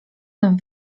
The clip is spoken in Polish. tym